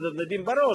מנדנדים בראש,